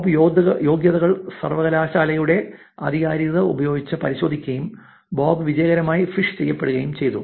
Bob യോഗ്യതകൾ സർവ്വകലാശാലയുടെ ആധികാരികത ഉപയോഗിച്ച് പരിശോധിക്കുകയും ബോബ് വിജയകരമായി ഫിഷ് ചെയ്യപെടുകയും ചെയ്തു